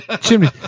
chimney